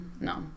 no